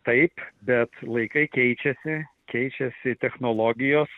taip bet laikai keičiasi keičiasi technologijos